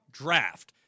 draft